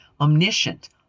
Omniscient